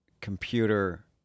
computer